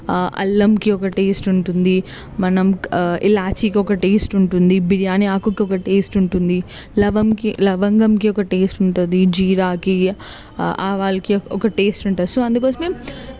ఆ అల్లంకి ఒక టేస్ట్ ఉంటుంది మనం ఇలాచికి ఒక టేస్ట్ ఉంటుంది బిర్యానీ ఆకుకు ఒక టేస్ట్ ఉంటుంది లవం లవంగం కి ఒక టేస్ట్ ఉంటుంది జీరాకి ఆవాలకి ఒక టెస్ట్ ఉంటుం ది సో అందుకోసం